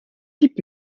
gib